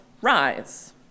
rise